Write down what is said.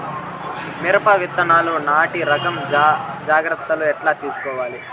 మిరప విత్తనాలు నాటి రకం జాగ్రత్తలు ఎట్లా తీసుకోవాలి?